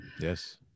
Yes